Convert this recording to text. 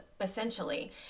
essentially